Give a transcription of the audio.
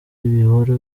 bihora